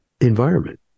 environment